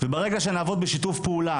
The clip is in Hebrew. וברגע שנעבוד בשיתוף פעולה,